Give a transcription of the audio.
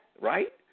Right